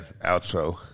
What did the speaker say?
outro